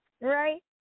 right